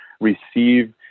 receive